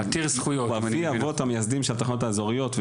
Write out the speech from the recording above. הוא מהאבות המייסדים של התחנות האזוריות,